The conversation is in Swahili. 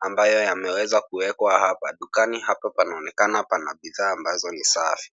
ambayo yameweza kuwekwa hapa. Dukani hapa panaonekana pana bidhaa ambazo ni safi.